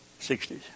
60s